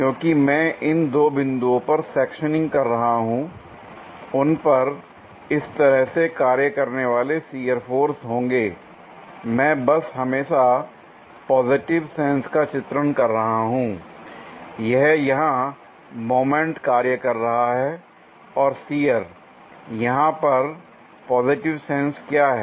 क्योंकि मैं इन दो बिंदुओं पर सेक्शनिंग कर रहा हूं उन पर इस तरह से कार्य करने वाले शियर फोर्स होंगे l मैं बस हमेशा पॉजिटिव सेंस का चित्रण कर रहा हूं l यह यहां मोमेंट कार्य कर रहा है और शियर l यहां पर पॉजिटिव सेंस क्या है